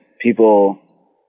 people